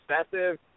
excessive